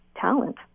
talent